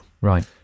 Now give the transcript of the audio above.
right